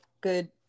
good